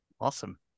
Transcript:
Awesome